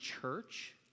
Church